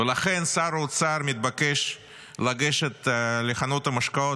ולכן שר אוצר מתבקש לגשת לחנות המשקאות